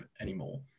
anymore